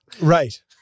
Right